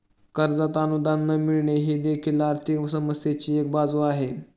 कर्जात अनुदान न मिळणे ही देखील आर्थिक समस्येची एक बाजू आहे